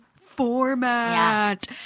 format